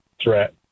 threat